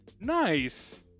Nice